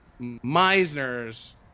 Meisner's